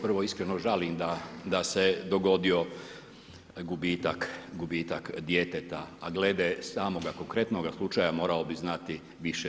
Prvo, iskreno žalim da se dogodio gubitak djeteta, a glede samoga konkretnoga slučaja, morao bi znati više.